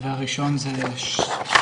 והיום היא כבר כן מקבלת הקרנות בצפת,